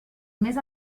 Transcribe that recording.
més